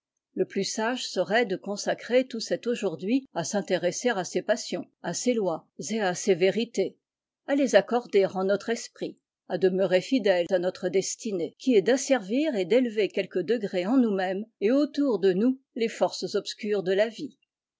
le plus sage serait de consacrer tout cet aujourd'hui à s'intéressera ces passions à ces lois et à ces vérités à les accorder en notre esprit à demeurer fidèle à notre destinée qui est d'asservir et d'élever de quelques degrés en nous-mêmes et autour de nous les forces obscures de la vie